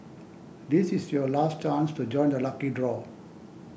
this is your last chance to join the lucky draw